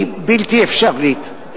היא בלתי אפשרית.